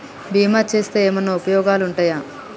బీమా చేస్తే ఏమన్నా ఉపయోగాలు ఉంటయా?